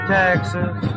texas